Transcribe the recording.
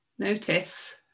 Notice